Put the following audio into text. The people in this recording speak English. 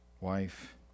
wife